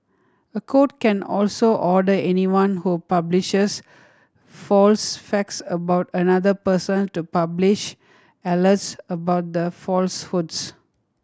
a court can also order anyone who publishes false facts about another person to publish alerts about the falsehoods